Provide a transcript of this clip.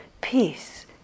Peace